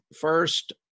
First